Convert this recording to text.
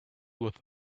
with